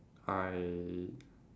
I